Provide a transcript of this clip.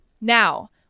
now